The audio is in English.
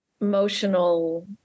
emotional